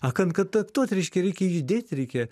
a kan kantaktuot reiškia reikia judėt reikia